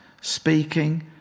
Speaking